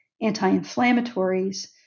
anti-inflammatories